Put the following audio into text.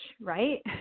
right